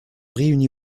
réunit